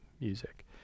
music